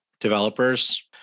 developers